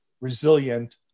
resilient